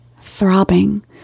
throbbing